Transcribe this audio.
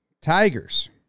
Tigers